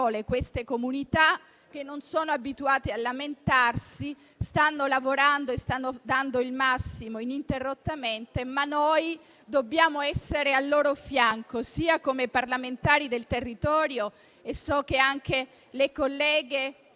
queste comunità, che non sono abituate a lamentarsi, che stanno lavorando e stanno dando il massimo, ininterrottamente. Noi, però, dobbiamo essere al loro fianco, come parlamentari del territorio, e con le colleghe e